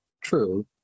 True